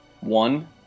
one